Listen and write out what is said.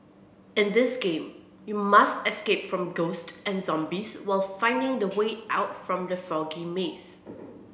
in this game you must escape from ghost and zombies while finding the way out from the foggy maze